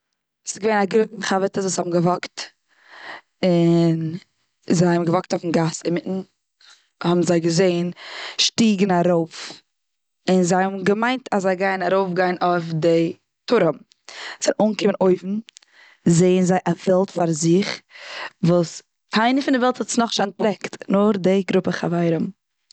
ס'געווען א גרופע חבר'טעס וואס האבן געוואקט. און זיי האבן געוואקט אויפן גאס. אינמיטן האבן זיי געזעהן שטיגן ארויף. און זיי האבן געמיינט זיי גייען ארויף גיין אויף די טורעם. זיי האבן אנגעקומען אויבן, זעהן זיי א וועלט פאר זיך וואס קיינער פון די וועלט האט דאס נאך נישט אנטפלעקט נאר די גרופע פון חברים.